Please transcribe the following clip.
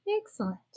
Excellent